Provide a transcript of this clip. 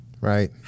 Right